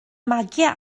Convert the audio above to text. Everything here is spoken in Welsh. magiau